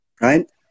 right